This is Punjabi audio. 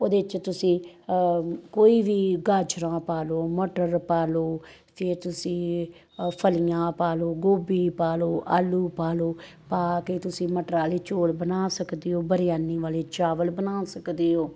ਉਹਦੇ ਵਿੱਚ ਤੁਸੀਂ ਕੋਈ ਵੀ ਗਾਜਰਾਂ ਪਾ ਲਓ ਮਟਰ ਪਾ ਲਓ ਫੇਰ ਤੁਸੀਂ ਅ ਫਲੀਆਂ ਪਾ ਲਓ ਗੋਭੀ ਪਾ ਲਓ ਆਲੂ ਪਾ ਲਓ ਪਾ ਕੇ ਤੁਸੀਂ ਮਟਰਾਂ ਵਾਲੇ ਚੌਲ ਬਣਾ ਸਕਦੇ ਹੋ ਬਰਿਆਨੀ ਵਾਲੇ ਚਾਵਲ ਬਣਾ ਸਕਦੇ ਹੋ